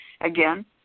Again